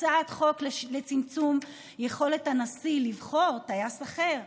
הצעת חוק לצמצום יכולת הנשיא לבחור טייס אחר,